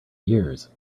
years